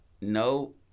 no